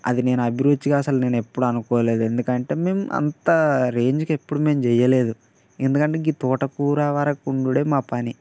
అది నేను అభిరుచిగా అసలు నేనెప్పుడూ అనుకోలేదు ఎందుకంటే మేం అంత రేంజ్కి ఎప్పుడూ మేం చెయ్యలేదు ఎందుకంటే ఈ తోటకూర వరకు వండుడే మా పని